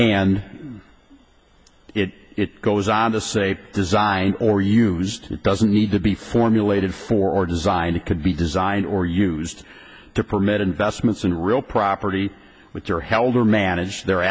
and it goes on to say design or use it doesn't need to be formulated for design it could be designed or used to permit investments in real property which are held or manage their